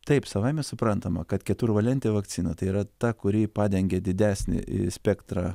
taip savaime suprantama kad keturvalentė vakcina tai yra ta kuri padengia didesnį spektrą